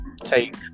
take